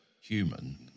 human